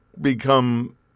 become